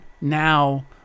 now